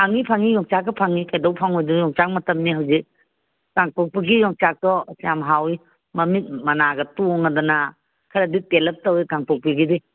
ꯐꯪꯏ ꯐꯪꯏ ꯌꯣꯡꯆꯥꯛꯀ ꯐꯪꯏ ꯀꯩꯗꯧ ꯐꯪꯂꯣꯏꯗꯣꯏꯅꯣ ꯌꯣꯡꯆꯥꯛ ꯃꯇꯝꯅꯤ ꯍꯧꯖꯤꯛ ꯀꯥꯡꯄꯣꯛꯄꯤꯒꯤ ꯌꯣꯡꯆꯥꯛꯇꯣ ꯌꯥꯝ ꯍꯥꯎꯏ ꯃꯃꯤꯠ ꯃꯅꯥꯒ ꯇꯣꯡꯂꯗꯅ ꯈꯔꯗꯤ ꯇꯦꯜꯂꯞ ꯇꯧꯏ ꯀꯥꯡꯄꯣꯛꯄꯤꯒꯤꯗꯤ